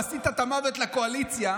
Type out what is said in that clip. עשית את המוות לקואליציה,